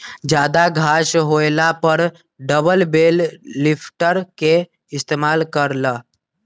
जादा घास होएला पर डबल बेल लिफ्टर के इस्तेमाल कर ल